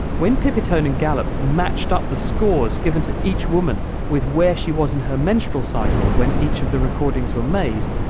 when pipitone and gallup matched up the scores given to each woman with where she was in her menstrual cycle when each of the recordings were made,